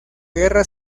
guerra